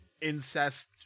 incest